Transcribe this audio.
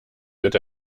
wird